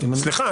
סליחה.